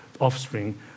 offspring